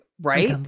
right